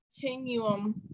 continuum